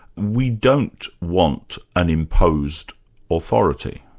we don't want an imposed authority.